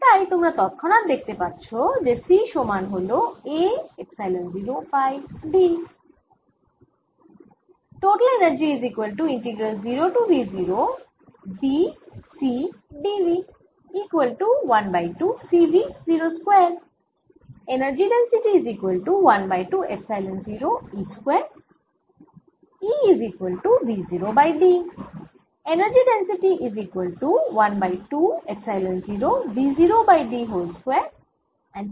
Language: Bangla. আর তাই তোমরা তৎক্ষণাৎ দেখতে পাচ্ছো যে C সমান হল A এপসাইলন 0 বাই d